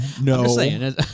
no